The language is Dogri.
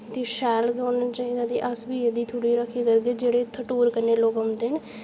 ते शैल गै होना चाहिदा अस बी एह्दी थोह्ड़ी राक्खी करगे जेह्ड़े इत्थै टूर करन लोक औंदे न